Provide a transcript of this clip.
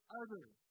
others